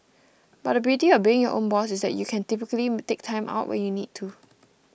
but the beauty of being your own boss is that you can typically take Time Out when you need to